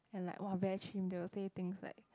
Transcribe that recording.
then like !wah! very chim they will say things like